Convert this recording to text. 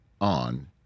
on